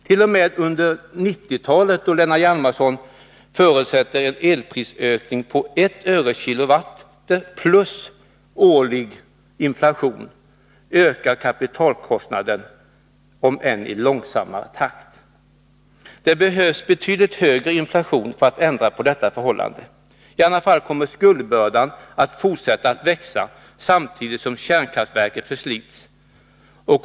T. o. m. under 1990-talet, då Lennart Hjalmarsson förutsätter en elprisökning på 1 öre/kWh och år plus inflation, ökar kapitalkostnaden — om än i långsammare takt. Det behövs betydligt högre inflation för att ändra på detta förhållande. I annat fall kommer skuldbördan att fortsätta att växa, samtidigt som kärnkraftverket förslits.